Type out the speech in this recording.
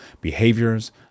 behaviors